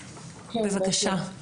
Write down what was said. בבקשה.